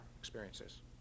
experiences